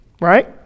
right